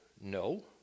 No